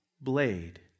blade